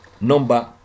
number